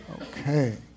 Okay